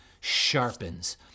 sharpens